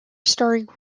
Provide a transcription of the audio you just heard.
starring